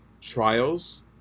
trials